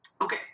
okay